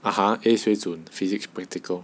(uh huh) A 水准 physics practical